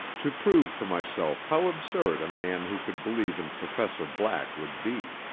to prove to myself how absurd a man who could believe in professor black would be.